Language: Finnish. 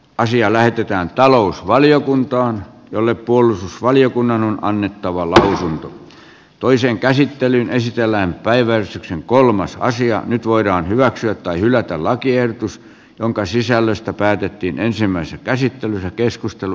asia lähetetään talousvaliokuntaan jolle puolustusvaliokunnan annettavalla toiseen käsittelyyn esitellään päiväys kolmas asia nyt voidaan hyväksyä tai hylätä lakiehdotus jonka sisällöstä päätettiin ensimmäisessä käsittelyssä